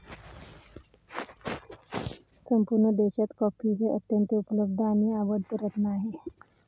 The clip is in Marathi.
संपूर्ण देशात कॉफी हे अत्यंत उपलब्ध आणि आवडते रत्न आहे